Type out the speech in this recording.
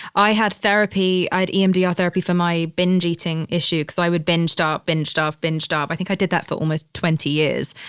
i had therapy, i had emdr therapy for my binge eating issues. so i would binge, stop, binge, stop, binge, stop. i think i did that for almost twenty years,